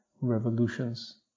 revolutions